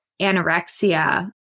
anorexia